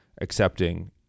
accepting